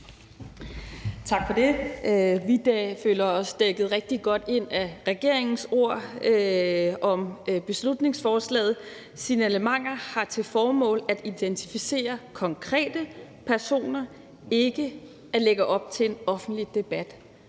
Tak for det. Vi føler os dækket rigtig godt ind af regeringens ord om beslutningsforslaget. Signalementer har til formål at identificere konkrete personer, ikke at lægge op til en offentlig debat.